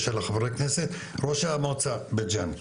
ראש המועצה בית ג'אן,